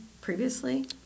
previously